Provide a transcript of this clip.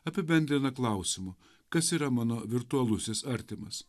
apibendrina klausimu kas yra mano virtualusis artimas